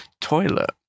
toilet